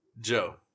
Joe